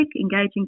engaging